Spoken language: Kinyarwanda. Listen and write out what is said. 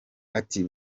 ati